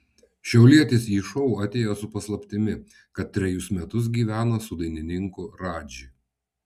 šiaulietis į šou atėjo su paslaptimi kad trejus metus gyveno su dainininku radži